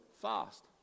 fast